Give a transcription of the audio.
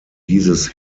dieses